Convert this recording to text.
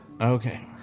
Okay